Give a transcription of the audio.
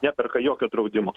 neperka jokio draudimo